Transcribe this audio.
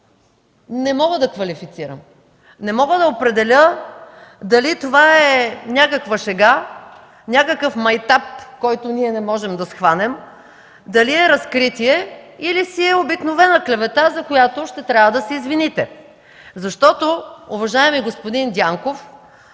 не мога да квалифицирам. Не мога да определя дали това е някаква шега, майтап, който ние не можем да схванем, дали е разкритие, или си е обикновена клевета, за която ще трябва да се извините. Уважаеми господин Дянков,